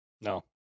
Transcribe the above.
No